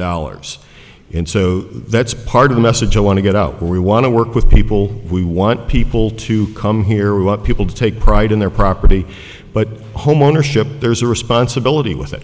dollars and so that's part of the message i want to get out we want to work with people we want people to come here we want people to take pride in their property but homeownership there's a responsibility with it